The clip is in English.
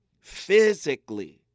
physically